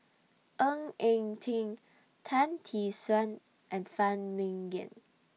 Ng Eng Teng Tan Tee Suan and Phan Ming Yen